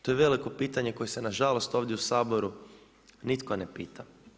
To je veliko pitanje koje se nažalost ovdje u Saboru nitko ne pita.